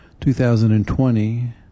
2020